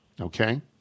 Okay